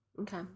Okay